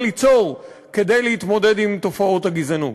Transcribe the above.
ליצור כדי להתמודד עם תופעות הגזענות.